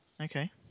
Okay